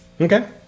Okay